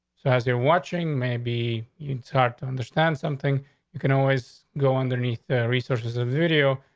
so as they're watching, maybe you'd start to understand something you can always go underneath. the research is a video,